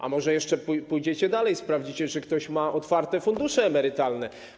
A może jeszcze pójdziecie dalej, sprawdzicie, czy ktoś ma otwarte fundusze emerytalne?